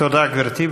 תודה, גברתי.